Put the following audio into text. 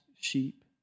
sheep